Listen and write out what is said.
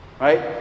Right